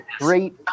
great